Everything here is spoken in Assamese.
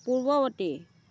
পূৰ্ৱৱৰ্তী